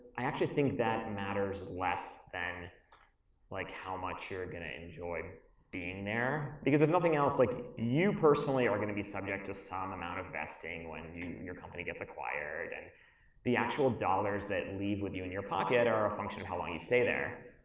i actually think that matters less than like how much you're gonna enjoy being there. because if nothing else, like, you personally are gonna be subject to some amount of vesting when and and your company gets acquired and the actual dollars that leave with you in your pocket are a function of how long you stay there.